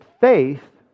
faith